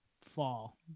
fall